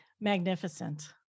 Magnificent